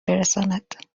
برساند